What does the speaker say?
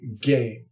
game